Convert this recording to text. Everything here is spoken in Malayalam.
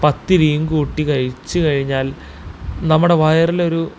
പത്തിരിയും കൂട്ടി കഴിച്ച് കഴിഞ്ഞാൽ നമ്മുടെ വയറിലൊരു